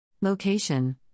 Location